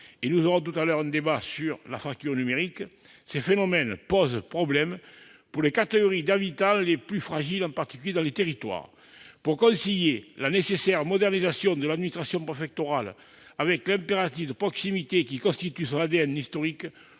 nous aurons tout à l'heure un débat sur la fracture numérique -, ces phénomènes posent problème pour les catégories d'habitants les plus fragiles, en particulier dans les territoires. Pour concilier la nécessaire modernisation de l'administration préfectorale avec l'impératif de proximité qui constitue son ADN, nous